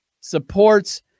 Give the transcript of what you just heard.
supports